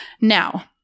Now